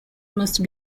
must